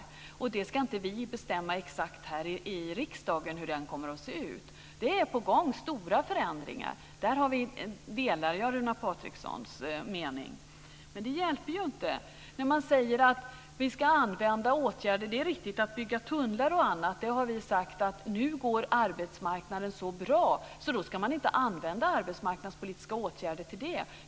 Vi här i riksdagen ska inte bestämma exakt hur den åtgärden ska se ut. Det är stora förändringar på gång. Där delar jag Runar Patrikssons mening. Men när det sägs att man ska använda sig av olika åtgärder vid byggande av tunnlar och annat, så har vi sagt att det nu går så bra på arbetsmarknaden att man inte ska använda arbetsmarknadspolitiska åtgärder för sådant.